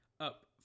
up